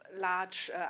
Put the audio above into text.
large